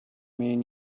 mean